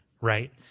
Right